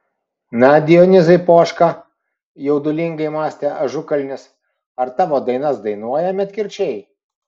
na dionizai poška jaudulingai mąstė ažukalnis ar tavo dainas dainuoja medkirčiai